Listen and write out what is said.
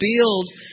build